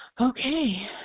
Okay